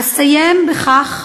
אסיים בכך,